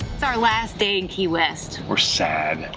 it's our last day in key west. we're sad.